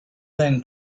then